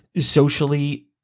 socially